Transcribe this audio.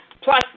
plus